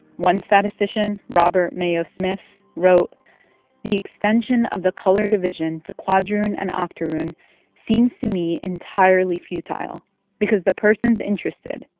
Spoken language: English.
one statistician, robert mayo-smith, wrote the extension of the color division to quadroon and octoroon seems to me entirely futile because the persons interested,